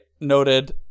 noted